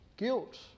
Guilt